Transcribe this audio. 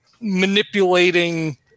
manipulating